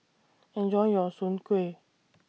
Enjoy your Soon Kway